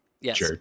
Yes